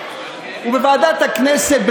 ובוועדת הכנסת,